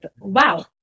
wow